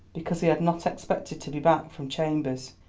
because he had not expected to be back from chambers.